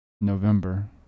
november